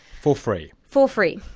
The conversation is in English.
for free? for free.